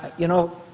you know,